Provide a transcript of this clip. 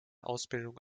ausbildung